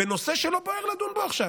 בנושא שלא בוער לדון בו עכשיו?